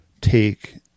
take